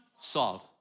solve